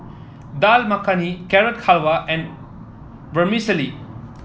Dal Makhani Carrot Halwa and Vermicelli